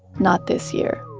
not this year